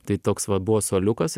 tai toks va buvo suoliukas